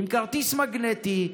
עם כרטיס מגנטי.